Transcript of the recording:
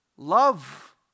Love